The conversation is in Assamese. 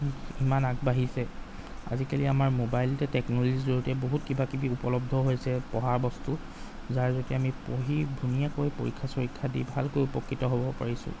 ইমান আগবাঢ়িছে আজিকালি আমাৰ ম'বাইলতে টেকনল'জিৰ জৰিয়তে বহুত কিবা কিবি উপলব্ধ হৈছে পঢ়াৰ বস্তু যাৰ জৰিয়তে আমি পঢ়ি ধুনীয়াকৈ পৰীক্ষা চৰীক্ষা দি ভালকৈ উপকৃত হ'ব পাৰিছোঁ